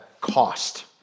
cost